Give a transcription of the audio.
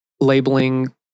labeling